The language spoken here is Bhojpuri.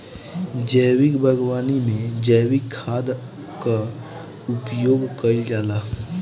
जैविक बागवानी में जैविक खाद कअ उपयोग कइल जाला